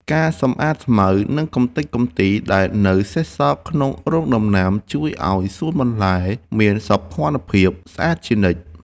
ការសម្អាតស្មៅ និងកម្ទេចកំទីដែលនៅសេសសល់ក្នុងរងដំណាំជួយឱ្យសួនបន្លែមានសោភ័ណភាពស្អាតជានិច្ច។